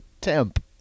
temp